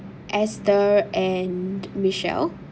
esther and michelle